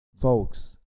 folks